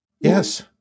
Yes